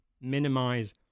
minimize